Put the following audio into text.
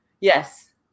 yes